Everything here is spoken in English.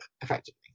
effectively